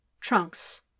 Trunks